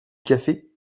café